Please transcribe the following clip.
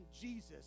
Jesus